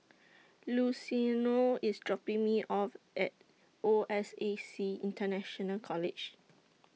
Luciano IS dropping Me off At O S A C International College